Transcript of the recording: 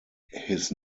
his